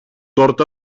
tord